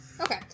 Okay